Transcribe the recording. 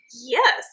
Yes